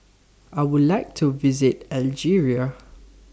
I Would like to visit Algeria